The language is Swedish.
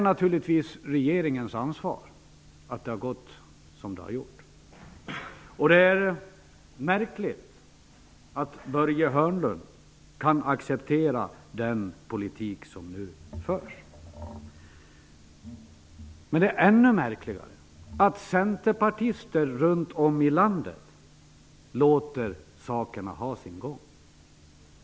Naturligtvis är det regeringen som bär ansvaret för att det har gått som det har gjort. Det är märkligt att Börje Hörnlund kan acceptera den politik som nu förs. Men det är ännu märkligare att centerpartister runt om i landet låter saker ha sin gång.